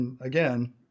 again